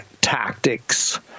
tactics